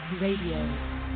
Radio